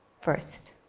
first